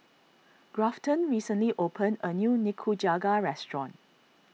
Grafton recently opened a new Nikujaga restaurant